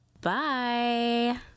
Bye